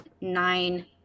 nine